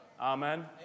Amen